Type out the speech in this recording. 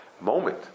moment